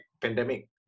pandemic